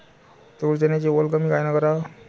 तूर, चन्याची वल कमी कायनं कराव?